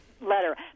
letter